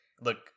look